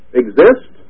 exist